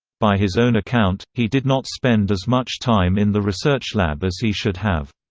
by his own account, he did not spend as much time in the research lab as he should have.